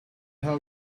how